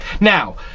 Now